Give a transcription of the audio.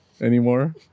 anymore